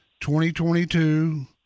2022